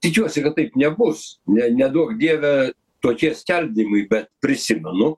tikiuosi kad taip nebus ne neduok dieve tokie skaldymai bet prisimenu